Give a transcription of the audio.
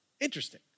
Interesting